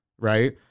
right